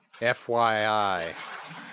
FYI